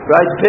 Right